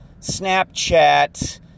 Snapchat